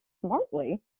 smartly